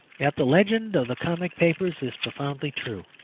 yet the legend of the comic papers is profoundly true.